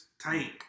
tank